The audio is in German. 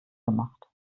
gemacht